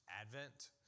Advent